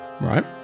right